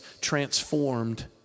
transformed